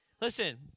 Listen